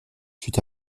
fut